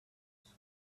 huge